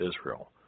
Israel